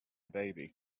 baby